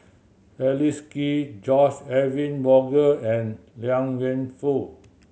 Leslie Kee George Edwin Bogaar and Liang Wenfu